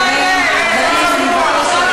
תגיד את האמת.